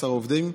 עובדים,